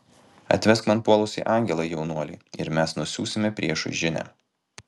atvesk man puolusį angelą jaunuoli ir mes nusiųsime priešui žinią